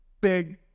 big